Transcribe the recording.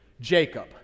Jacob